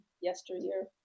yesteryear